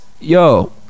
yo